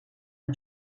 een